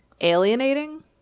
alienating